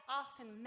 often